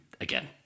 again